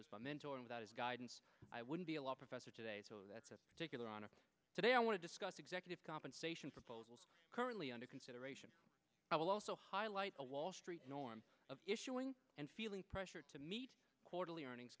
was a mentor without his guidance i wouldn't be a law professor today so that's a particular honor today i want to discuss executive compensation proposals currently under consideration i will also highlight a wall street norm of issuing and feeling pressure to meet quarterly earnings